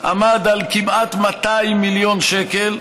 עמד על 200 מיליון שקל,